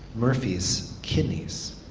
murphy's kidneys.